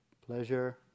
pleasure